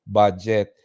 budget